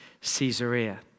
Caesarea